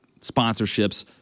sponsorships